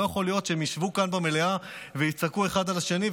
לא יכול להיות שהם ישבו כאן במליאה ויצעקו אחד על השני,